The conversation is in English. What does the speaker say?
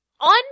on